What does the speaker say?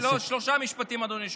לא, שלושה משפטים, אדוני.